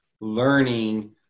learning